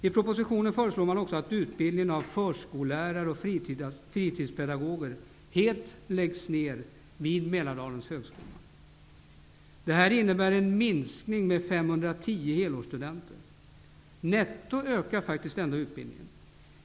I propositionen föreslås också att utbildningen av förskollärare och fritidspedagoger helt läggs ner vid Mälardalens högskola, vilket innebär en minskning med 510 helårsstudenter. Netto ökar denna utbildning.